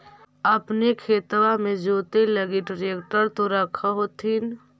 अपने खेतबा मे जोते लगी ट्रेक्टर तो रख होथिन?